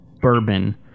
bourbon